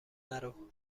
نرو